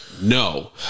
No